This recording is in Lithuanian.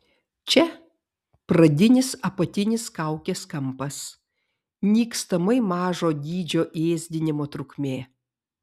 čia pradinis apatinis kaukės kampas nykstamai mažo dydžio ėsdinimo trukmė